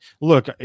look